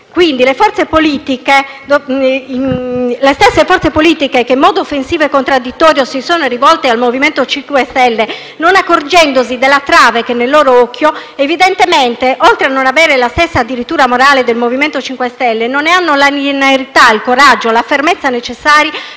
per la sua costituzione). Le stesse forze politiche che in modo offensivo e contraddittorio si sono rivolte al MoVimento 5 Stelle non accorgendosi della trave che è nel loro occhio, evidentemente oltre a non avere la stessa dirittura morale del MoVimento 5 Stelle, non ne hanno la linearità, il coraggio e la fermezza necessari